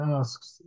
asks